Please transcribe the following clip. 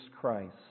Christ